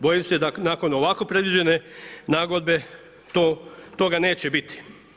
Bojim se da nakon ovako predviđene nagodbe toga neće biti.